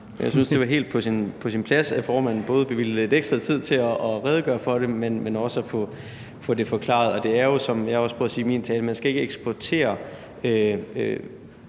Jeg synes, at det var helt på sin plads, at formanden bevilgede lidt ekstra tid til at få redegjort for det og få det forklaret. Der er jo, som jeg også prøvede at sige i min tale, tale om, at man ikke skal eksportere